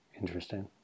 Interesting